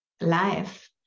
life